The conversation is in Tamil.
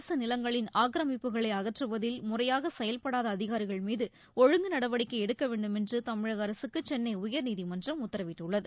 அரசு நிலங்களின் ஆக்கிரமிப்புகளை அகற்றுவதில் முறையாக செயல்படாத அதிகாரிகள் மீது ஒழுங்கு நடவடிக்கை எடுக்க வேண்டுமென்று தமிழக அரசுக்கு சென்னை உயர்நீதிமன்றம் உத்தரவிட்டுள்ளது